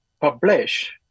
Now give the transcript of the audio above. publish